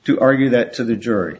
to argue that to the jury